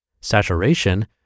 Saturation